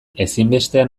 ezinbestean